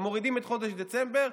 הם מורידים את חודש דצמבר.